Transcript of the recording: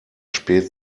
spät